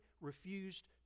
refused